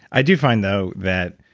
i do find though that,